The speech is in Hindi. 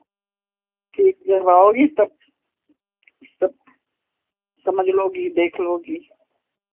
ठीक जब आओगी सब समझ लोगी देख लोगी